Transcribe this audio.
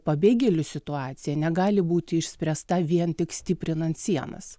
pabėgėlių situacija negali būti išspręsta vien tik stiprinant sienas